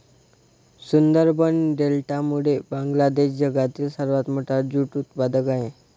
सुंदरबन डेल्टामुळे बांगलादेश जगातील सर्वात मोठा ज्यूट उत्पादक आहे